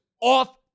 off